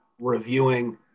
reviewing